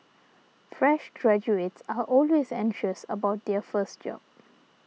fresh graduates are always anxious about their first job